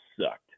sucked